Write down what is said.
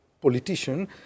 politician